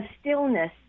stillness